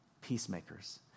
peacemakers